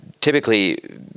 typically